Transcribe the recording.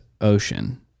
ocean